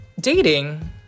dating